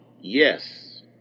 yes